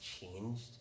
changed